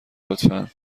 لطفا